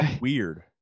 weird